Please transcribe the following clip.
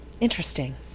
interesting